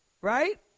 Right